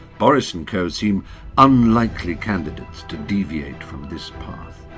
boris and co seem unlikely candidates to deviate from this path.